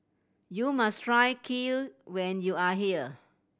you must try Kheer when you are here